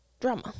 Drama